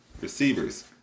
Receivers